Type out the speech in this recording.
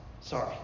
Sorry